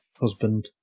husband